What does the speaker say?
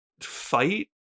fight